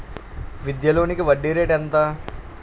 విద్యా లోనికి వడ్డీ రేటు ఎంత?